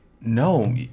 no